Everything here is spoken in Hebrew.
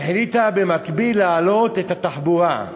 החליטה במקביל להעלות את מחירי התחבורה.